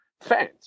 fans